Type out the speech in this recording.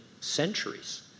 centuries